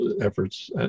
efforts